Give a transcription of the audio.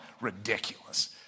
ridiculous